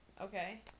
Okay